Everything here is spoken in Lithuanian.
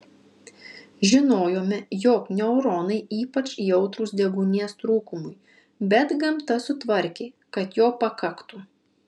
žinojome jog neuronai ypač jautrūs deguonies trūkumui bet gamta sutvarkė kad jo pakaktų